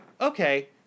Okay